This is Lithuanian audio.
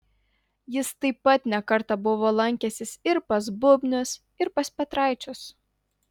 jis taip pat ne kartą buvo lankęsis ir pas bubnius ir pas petraičius